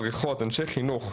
מדריכות ואנשי חינוך,